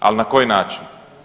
Ali na koji način?